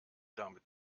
dame